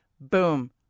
Boom